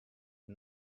and